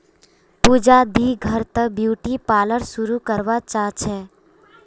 पूजा दी घर त ब्यूटी पार्लर शुरू करवा चाह छ